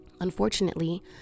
Unfortunately